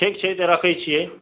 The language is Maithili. ठीक छै तऽ रखै छियै